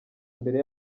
mbere